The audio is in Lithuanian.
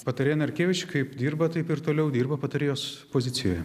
patarėja narkevič kaip dirba taip ir toliau dirba patarėjos pozicijoje